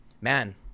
Man